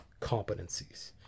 competencies